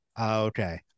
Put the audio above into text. okay